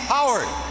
Howard